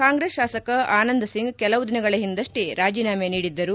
ಕಾಂಗ್ರೆಸ್ ಶಾಸಕ ಆನಂದ್ಸಿಂಗ್ ಕೆಲವು ದಿನಗಳ ಒಂದಷ್ಟೇ ರಾಜೀನಾಮೆ ನೀಡಿದ್ದರು